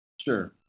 Sure